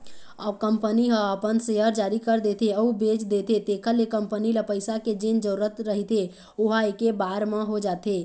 company ह अपन share जारी कर देथे अउ बेच देथे तेखर ले कंपनी ल पइसा के जेन जरुरत रहिथे ओहा ऐके बार म हो जाथे